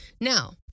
Now